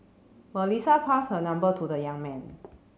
Melissa passed her number to the young man